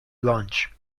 launch